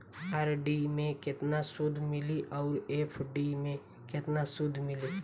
RD मे केतना सूद मिली आउर एफ.डी मे केतना सूद मिली?